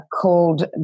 called